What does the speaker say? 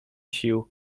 sił